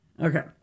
Okay